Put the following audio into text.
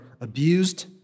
abused